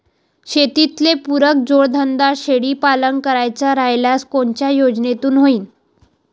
शेतीले पुरक जोडधंदा शेळीपालन करायचा राह्यल्यास कोनच्या योजनेतून होईन?